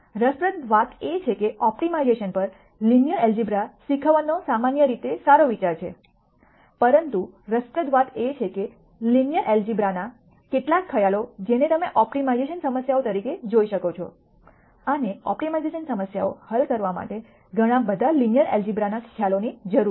રસપ્રદ વાત એ છે કે ઓપ્ટિમાઇઝેશન પર લિનિયર ઐલ્જબ્ર શીખવવાનો સામાન્ય રીતે સારો વિચાર છે પરંતુ રસપ્રદ વાત એ છે કે લિનિયર ઐલ્જબ્રના કેટલાક ખ્યાલો જેને તમે ઓપ્ટિમાઇઝેશન સમસ્યાઓ તરીકે જોઈ શકો છો અને ઓપ્ટિમાઇઝેશન સમસ્યાઓ હલ કરવા માટે ઘણા બધા લિનિયર ઐલ્જબ્રના ખ્યાલોની જરૂર છે